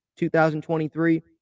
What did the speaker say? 2023